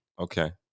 okay